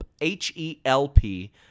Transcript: H-E-L-P